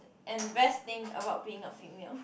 and best thing about being female